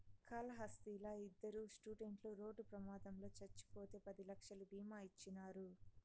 కాళహస్తిలా ఇద్దరు స్టూడెంట్లు రోడ్డు ప్రమాదంలో చచ్చిపోతే పది లక్షలు బీమా ఇచ్చినారు